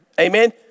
Amen